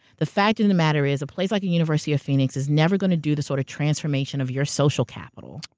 the fact of the matter is, a place like the university of phoenix is never gonna do the sort of transformation of your social capital-chris